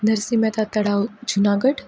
નરસિંહ મહેતા તળાવ જુનાગઢ